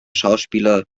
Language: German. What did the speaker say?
schauspieler